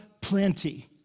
plenty